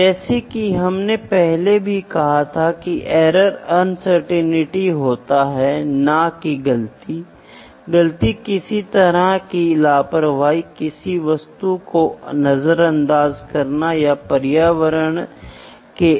designer आमतौर पर अपना निर्णय लेता है जो अपने डिजाइन या अन्य डिजाइनरों के अनुभव का एक परिणाम है सही है